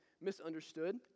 misunderstood